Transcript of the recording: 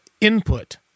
input